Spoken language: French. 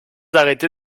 arrêté